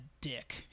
dick